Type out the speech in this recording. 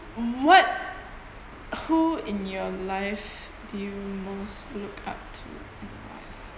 what who in your life do you most look up to and why